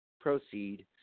proceed